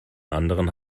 anderen